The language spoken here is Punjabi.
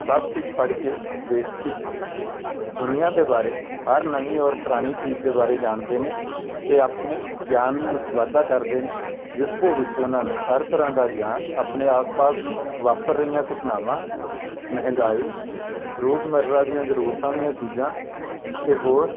ਸਭ ਕੁਝ ਪੜ੍ਹ ਕੇ ਦੇਖ ਕੇ ਦੁਨੀਆਂ ਦੇ ਬਾਰੇ ਹਰ ਨਵੀਂ ਔਰ ਪੁਰਾਣੀ ਚੀਜ਼ ਦੇ ਬਾਰੇ ਜਾਣਦੇ ਨੇ ਅਤੇ ਆਪਣੇ ਗਿਆਨ ਵਿੱਚ ਵਾਧਾ ਕਰਦੇ ਨੇ ਜਿਸ ਦੇ ਵਿੱਚ ਉਹਨਾਂ ਨੂੰ ਹਰ ਤਰ੍ਹਾਂ ਦਾ ਗਿਆਨ ਆਪਣੇ ਆਸ ਪਾਸ ਵਾਪਰ ਰਹੀਆਂ ਘਟਨਾਵਾਂ ਮਹਿੰਗਾਈ ਰੋਜ਼ ਮਰਰਾ ਦੀਆਂ ਜ਼ਰੂਰਤਾਂ ਦੀਆਂ ਚੀਜ਼ਾਂ ਅਤੇ ਹੋਰ